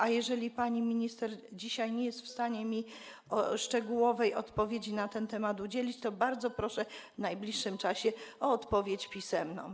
A jeżeli pani minister dzisiaj nie jest w stanie udzielić mi szczegółowej odpowiedzi na ten temat, to bardzo proszę w najbliższym czasie o odpowiedź pisemną.